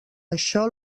això